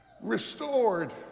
restored